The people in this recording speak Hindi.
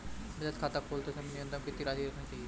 बचत खाता खोलते समय न्यूनतम कितनी राशि रखनी चाहिए?